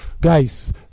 guys